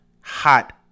hot